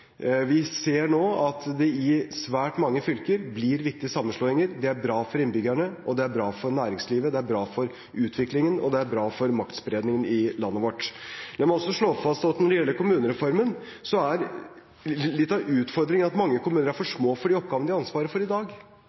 Vi ser nå at det i svært mange fylker blir viktige sammenslåinger. Det er bra for innbyggerne, det er bra for næringslivet, det er bra for utviklingen, og det er bra for maktspredningen i landet vårt. La meg også slå fast at når det gjelder kommunereformen, er litt av utfordringen at mange kommuner er for små for de oppgavene de har ansvar for i dag.